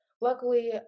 luckily